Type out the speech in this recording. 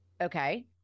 Okay